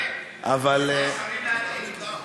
אבל יש שרים לעתיד, לא?